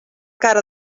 cara